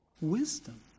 wisdom